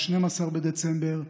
12 בדצמבר,